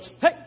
hey